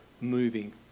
moving